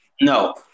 No